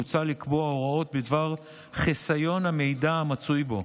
מוצע לקבוע הוראות בדבר חיסיון המידע המצוי בו,